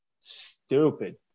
stupid